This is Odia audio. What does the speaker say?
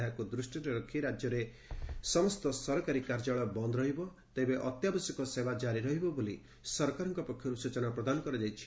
ଏହାକୁ ଦୃଷ୍ଟିରେ ରଖି ରାଜ୍ୟରେ ସମସ୍ତ ସରକାରୀ କାର୍ଯ୍ୟାଳୟ ବନ୍ଦ ରହିବ ତେବେ ଅତ୍ୟାବଶ୍ୟକ ସେବା ଜାରି ରହିବ ବୋଲି ସରକାରଙ୍କ ପକ୍ଷରୁ ସୂଚନା ପ୍ରଦାନ କରାଯାଇଛି